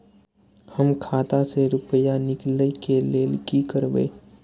हम खाता से रुपया निकले के लेल की करबे?